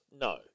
no